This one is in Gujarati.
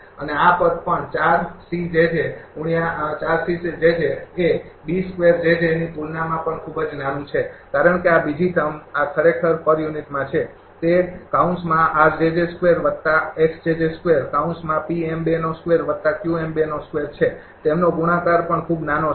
અને આ પદ પણ ની તુલનામાં પણ ખૂબ જ નાનું છે કારણ કે આ બીજી ટર્મ આ એક ખરેખર પર યુનિટમાં છે તે છે તેમનો ગુણાકાર પણ ખૂબ નાનો છે